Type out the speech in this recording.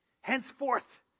Henceforth